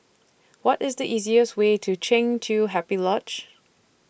What IS The easiest Way to Kheng Chiu Happy Lodge